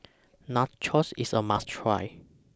Nachos IS A must Try